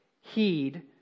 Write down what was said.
heed